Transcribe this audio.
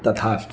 तथास्ति